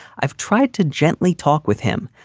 i've tried to gently talk with him,